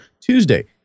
Tuesday